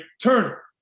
Turner